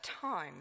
time